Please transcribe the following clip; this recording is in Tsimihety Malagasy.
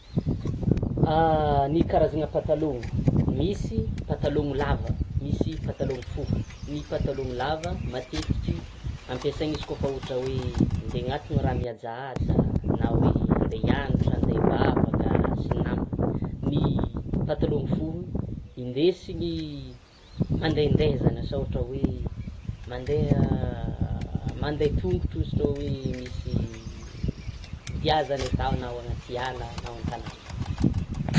Ny karazana patalono, misy patalono lava, misy patalono fohy, ny patalono lava matetiky ampiasainy izy koa fa ohatra hoe: handeha hanatona raha mihajahaja, na hoe andeha hianatra handeha hivavaka sy ny namany, ny patalono fohy indesiny mandendeha zany asa ohatra hoe: mandeha, mandeha tongotro asa ohatra misy dia zany atao na ao anaty ala na ao an-tanàna.